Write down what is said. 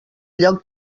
lloc